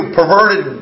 perverted